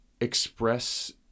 express